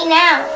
now